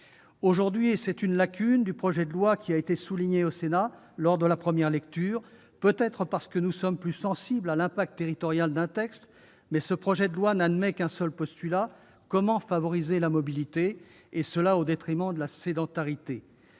Aujourd'hui- c'est une lacune du projet de loi qui a été soulignée au Sénat en première lecture, peut-être parce que nous sommes plus sensibles à l'impact territorial d'un texte -, la LOM n'admet qu'un seul postulat : favoriser la mobilité, au détriment de la sédentarité.